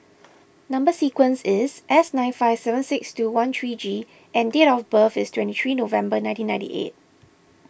Number Sequence is S nine five seven six two one three G and date of birth is twenty three November nineteen ninety eight